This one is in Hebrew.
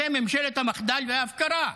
זו ממשלת המחדל וההפקרה.